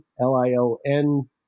L-I-O-N